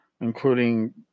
including